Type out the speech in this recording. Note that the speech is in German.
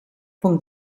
von